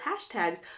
hashtags